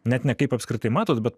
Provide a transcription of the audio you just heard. net ne kaip apskritai matot bet